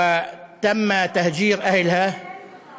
והושמדו ותושביהם נעקרו.